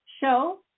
show